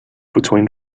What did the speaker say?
between